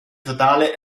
totale